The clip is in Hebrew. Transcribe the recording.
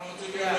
אני רוצה למליאה.